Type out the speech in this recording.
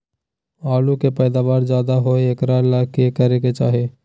आलु के पैदावार ज्यादा होय एकरा ले की करे के चाही?